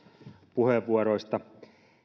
puheenvuoroista